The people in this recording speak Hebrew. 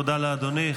תודה לאדוני.